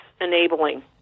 enabling